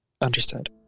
Understood